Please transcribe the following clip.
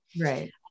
Right